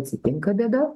atsitinka bėda